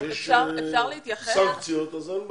שיש סנקציות, אז אין בעיה.